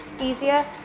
easier